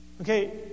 Okay